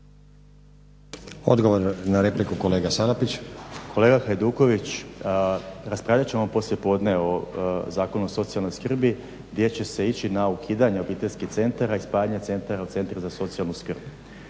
Odgovor na repliku kolega Salapić. **Salapić, Josip (HDSSB)** Kolega Hajduković, raspravljat ćemo poslijepodne o Zakonu o socijalnoj skrbi gdje će se ići na ukidanje obiteljskih centara i spajanje centara u centar za socijalnu skrb.